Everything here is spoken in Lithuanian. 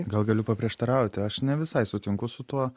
gal galiu paprieštarauti aš ne visai sutinku su tuo